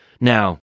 Now